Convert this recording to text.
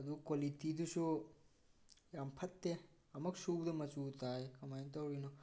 ꯑꯗꯨ ꯀ꯭ꯋꯥꯂꯤꯇꯤꯗꯨꯁꯨ ꯌꯥꯝ ꯐꯠꯇꯦ ꯑꯃꯨꯛ ꯁꯨꯕꯗ ꯃꯆꯨ ꯇꯥꯏ ꯀꯃꯥꯏꯅ ꯇꯧꯔꯤꯅꯣ